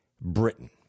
Britain